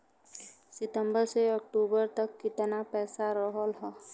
सितंबर से अक्टूबर तक कितना पैसा रहल ह?